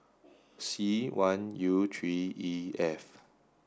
C one U three E F